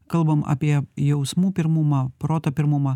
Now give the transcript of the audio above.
kalbam apie jausmų pirmumą proto pirmumą